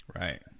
Right